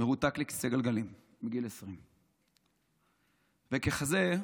מרותק לכיסא גלגלים מגיל 20. ככזה,